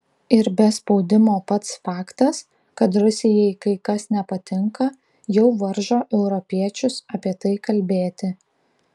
ir be spaudimo pats faktas kad rusijai kai kas nepatinka jau varžo europiečius apie tai kalbėti